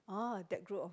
ah that group of